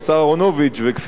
וכפי שאמרנו,